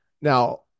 Now